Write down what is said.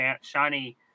shiny